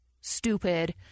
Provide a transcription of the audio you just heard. stupid